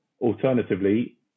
alternatively